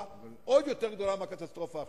עוד יותר גדולה מהקטסטרופה עכשיו.